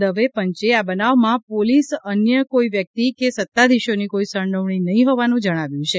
દવે પંચે આ બનાવમાં પોલીસ અન્ય કોઇ વ્યક્તિ કે સત્તાધીશોની કોઇ સંડોવણી નહીં હોવાનું જણાવાયું છે